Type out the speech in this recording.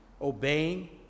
obeying